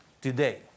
today